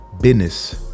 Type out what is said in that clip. business